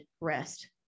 rest